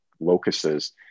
locuses